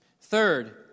Third